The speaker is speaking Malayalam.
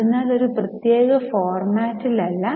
അതിനാൽ ഒരു പ്രത്യേക ഫോർമാറ്റിൽ അല്ല